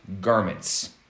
garments